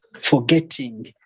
forgetting